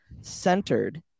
centered